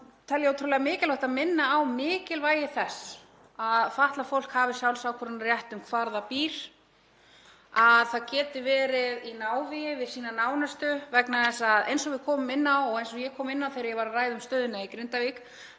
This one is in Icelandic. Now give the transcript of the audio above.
þá tel ég ótrúlega mikilvægt að minna á mikilvægi þess að fatlað fólk hafi sjálfsákvörðunarrétt um hvar það býr, að það geti verið í nánd við sína nánustu. Eins og við komum inn á og eins og ég kom inn á þegar ég var að ræða um stöðuna í Grindavík